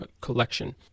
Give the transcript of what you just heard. collection